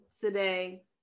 today